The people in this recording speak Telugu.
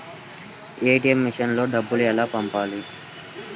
ఏ.టీ.ఎం మెషిన్లో డబ్బులు ఎలా పంపాలి?